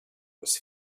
was